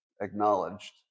acknowledged